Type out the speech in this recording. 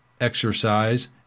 exercise